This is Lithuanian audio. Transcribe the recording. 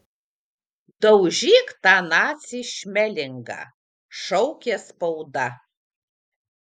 daužyk tą nacį šmelingą šaukė spauda